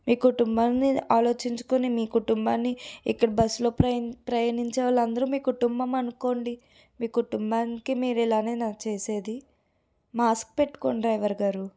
మీ కుటుంబాన్ని ఆలోచించుకొని మీ కుటుంబాన్ని ఇక్కడ బస్సులో ప్రయాణించే వాళ్ళందరూ మీ కుటుంబం అనుకోండి మీ కుటుంబానికి మీరు ఇలానేనా చేసేది మాస్క్ పెట్టుకోండి డ్రైవర్ గారు